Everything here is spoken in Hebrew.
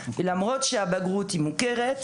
יש צורך במכינה למרות שבגרות מוכרת.